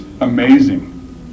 amazing